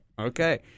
Okay